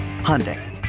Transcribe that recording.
Hyundai